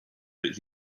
that